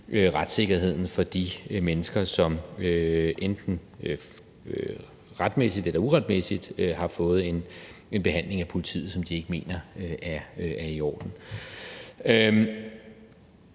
retssikkerheden for de mennesker, som enten retmæssigt eller uretmæssigt har fået en behandling af politiet, som de ikke mener er i orden.